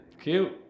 Cute